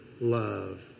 love